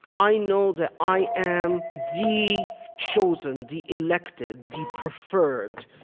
i know that i am the chosen, the elected, the preferred,